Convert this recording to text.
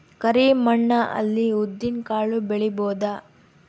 ಕರಿ ಮಣ್ಣ ಅಲ್ಲಿ ಉದ್ದಿನ್ ಕಾಳು ಬೆಳಿಬೋದ?